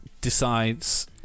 decides